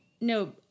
No